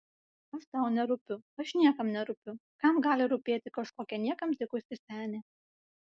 aš tau nerūpiu aš niekam nerūpiu kam gali rūpėti kažkokia niekam tikusi senė